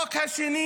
למה כביכול?